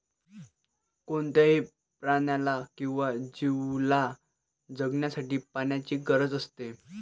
कोणत्याही प्राण्याला किंवा जीवला जगण्यासाठी पाण्याची गरज असते